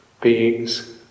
beings